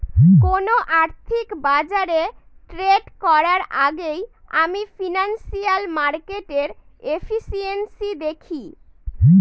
কোন আর্থিক বাজারে ট্রেড করার আগেই আমি ফিনান্সিয়াল মার্কেটের এফিসিয়েন্সি দেখি